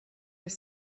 have